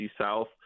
South